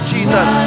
Jesus